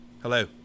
Hello